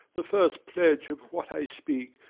the first pledge of what i speak,